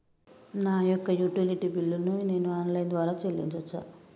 నా యొక్క utility bill ను నేను ఆన్ లైన్ ద్వారా చెల్లించొచ్చా?